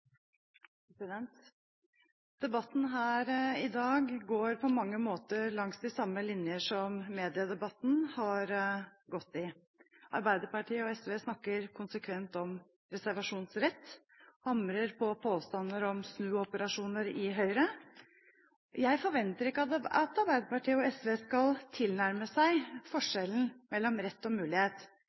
her i dag går på mange måter langs de samme linjer som mediedebatten har gått i. Arbeiderpartiet og SV snakker konsekvent om reservasjonsrett og hamrer på påstander om snuoperasjoner i Høyre. Jeg forventer ikke at Arbeiderpartiet og SV skal tilnærme seg forskjellen mellom en rett og en mulighet.